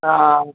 ஆ